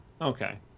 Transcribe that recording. okay